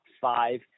five